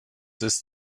ist